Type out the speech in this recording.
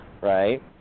right